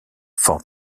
fort